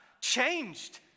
changed